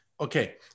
okay